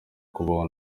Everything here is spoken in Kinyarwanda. kubaho